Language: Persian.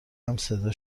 همصدا